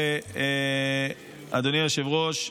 אדוני היושב-ראש,